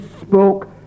spoke